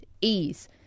ease